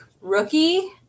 Rookie